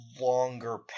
longer